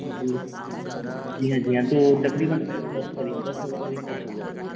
जी जी हाँ जी हाँ तो तक़रीबन दस करीब दस हज़ार करीब खर्च हो जाएगा